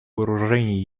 вооружений